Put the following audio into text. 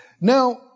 Now